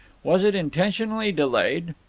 was it intentionally delayed,